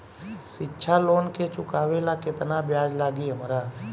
शिक्षा लोन के चुकावेला केतना ब्याज लागि हमरा?